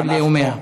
כל לאומיה,